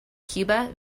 cuba